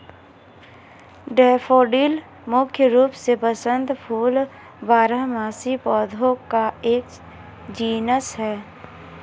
daffodil मुख्य रूप से वसंत फूल बारहमासी पौधों का एक जीनस है